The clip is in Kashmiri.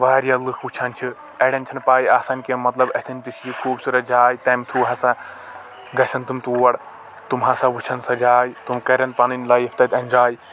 واریاہ لُکھ وٕچھان چھ اڑٮ۪ن چھنہٕ پے آسان کیٚنٛہہ مطلب اتھٮ۪ن تہِ چھ یہِ خوٗبصوٗت جاے تَمہِ تھروٗ ہسا گژھن تِم تور تِم ہسا وٕچھَن سۄ جاے تن کرن پنٔنۍ لایف تَتہِ اِنجاے